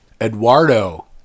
Eduardo